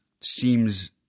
seems